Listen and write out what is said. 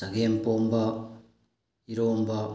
ꯆꯒꯦꯝꯄꯣꯝꯕ ꯏꯔꯣꯟꯕ